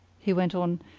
he went on,